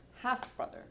half-brother